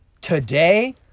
Today